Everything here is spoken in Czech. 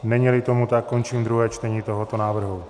Neníli tomu tak, končím druhé čtení tohoto návrhu.